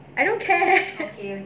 I don't care